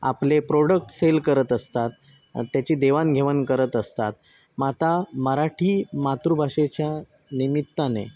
आपले product sale करत असतात त्याची देवाणघेवाण करत असतात मग आता मराठी मातृभाषेच्या निमित्ताने